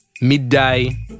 Midday